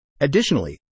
Additionally